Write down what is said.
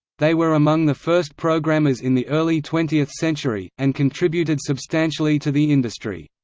they were among the first programmers in the early twentieth century, and contributed substantially to the industry.